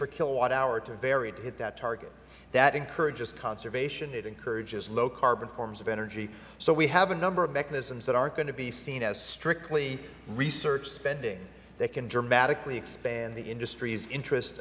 per kilowatt hour to vary to that target that encourages conservation it encourages low carbon forms of energy so we have a number of mechanisms that aren't going to be seen as strictly research spending that can dramatically expand the industry's interest